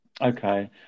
Okay